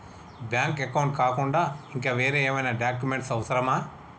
Bank account కాకుండా ఇంకా వేరే ఏమైనా డాక్యుమెంట్స్ అవసరమా?